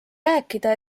rääkida